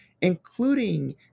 including